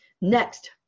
Next